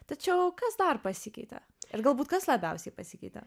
tačiau kas dar pasikeitė ir galbūt kas labiausiai pasikeitė